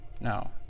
No